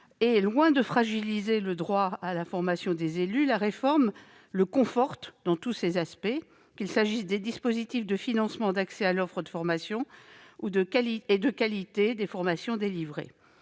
Loin de fragiliser le droit à la formation des élus, la réforme le conforte dans tous ses aspects, qu'il s'agisse des dispositifs de financement, de l'accès à l'offre de formation ou de la qualité des formations délivrées.